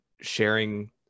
sharing